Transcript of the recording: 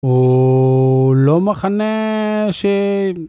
הוא לא מחנה שם.